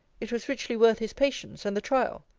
it was richly worth his patience, and the trial.